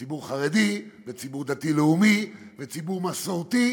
ציבור חרדי וציבור דתי-לאומי וציבור מסורתי.